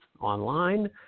online